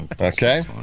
Okay